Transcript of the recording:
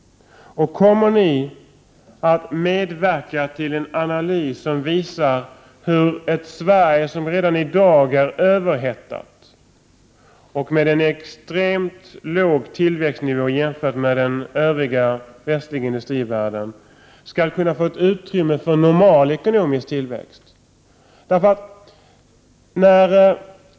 Kommer ni att medverka till en analys som visar hur ett Sverige, som redan i dag är överhettat och som har en extremt låg tillväxtnivå jämfört med övriga västliga industrivärlden, skall kunna åstadkomma ett utrymme för en normal ekonomisk tillväxt?